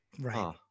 Right